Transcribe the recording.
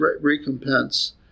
recompense